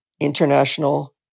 international